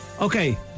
Okay